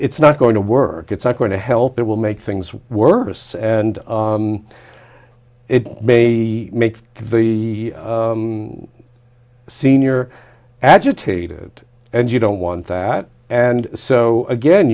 it's not going to work it's not going to help it will make things worse and it may make the senior agitated and you don't want that and so again